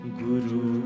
guru